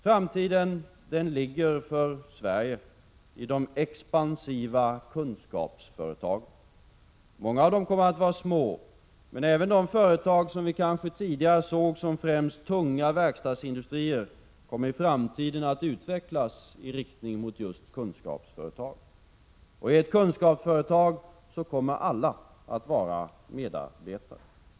Framtiden för Sverige ligger i de expansiva kunskapsföretagen. Många av dem kommer att vara små, men även de företag som vi kanske tidigare såg som främst tunga verkstadsindustrier kommer att utvecklas i riktning mot kunskapsföretag. I ett kunskapsföretag kommer alla att vara medarbetare.